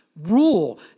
rule